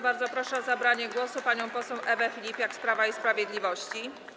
Bardzo proszę o zabranie głosu panią poseł Ewę Filipiak z Prawa i Sprawiedliwości.